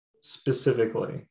specifically